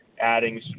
adding